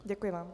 Děkuji vám.